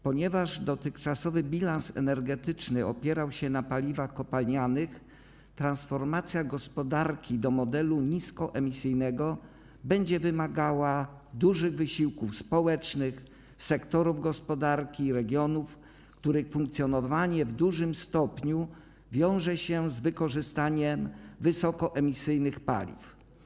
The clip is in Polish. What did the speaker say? Ponieważ dotychczasowy bilans energetyczny opierał się na paliwach kopalnianych, transformacja gospodarki do modelu niskoemisyjnego będzie wymagała dużych wysiłków społecznych, sektorów gospodarki i regionów, których funkcjonowanie w dużym stopniu wiąże się z wykorzystaniem wysokoemisyjnych paliw.